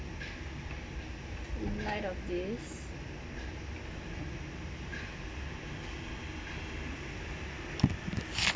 in light of days